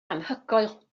anhygoel